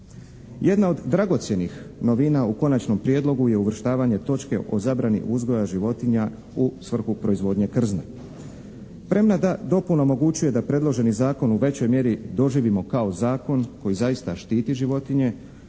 Jedna od dragocjenih novina u konačnom prijedlogu je uvrštavanje točke o zabrani uzgoja životinja u svrhu proizvodnje krzna. Premda ta dopuna omogućuje da predloženi zakon u većoj mjeri doživimo kao zakon koji zaista štiti životinje